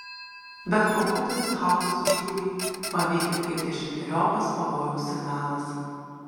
bet kovotojus haubicų šūviai paveikė kaip dešimteriopas pavojaus signalas